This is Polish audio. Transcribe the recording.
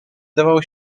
dawał